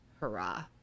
hurrah